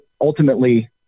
ultimately